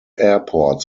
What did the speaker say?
airports